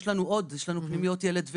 יש לנו פנימיות ילדים,